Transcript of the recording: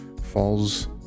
falls